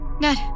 Ned